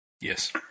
Yes